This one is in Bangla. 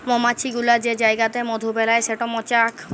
মমাছি গুলা যে জাইগাতে মধু বেলায় সেট মচাক